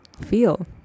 feel